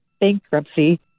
bankruptcy